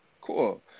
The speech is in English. Cool